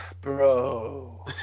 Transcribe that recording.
Bro